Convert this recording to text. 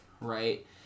right